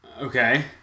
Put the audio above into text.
okay